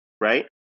right